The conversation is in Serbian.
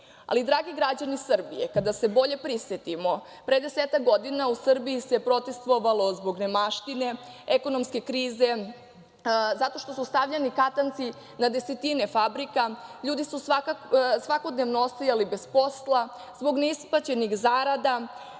to. Ali, dragi građani Srbije, kada se bolje prisetimo, pre 10-ak godina u Srbiji je protestvovalo zbog nemaštine, ekonomske krize, zato što su stavljani katanci na desetine fabrika, ljudi su svakodnevno ostajali bez posla, zbog neisplaćenih zarada,